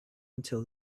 until